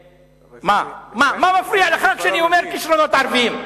מה, מה מפריע לך שאני אומר: כשרונות ערביים?